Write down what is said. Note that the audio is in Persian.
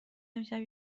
امشب